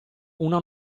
una